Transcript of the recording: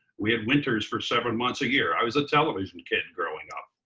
we had winters for seven months a year. i was a television kid growing up.